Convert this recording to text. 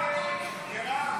48 בעד, 59 נגד.